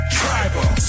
tribal